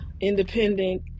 independent